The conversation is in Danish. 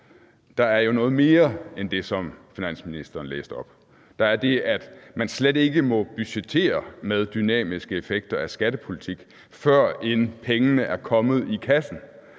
der jo noget mere end det, som finansministeren læste op. Der er det, at man slet ikke må budgettere med dynamiske effekter af skattepolitikken, førend pengene er kommet i kassen.